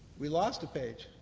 we lost the page